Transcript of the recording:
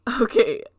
Okay